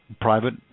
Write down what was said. private